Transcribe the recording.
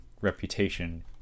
reputation